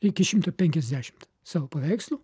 iki šimto penkiasdešimt savo paveikslų